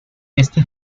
esta